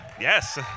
yes